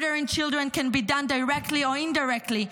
Murdering children can be done directly or indirectly.